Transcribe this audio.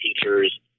teachers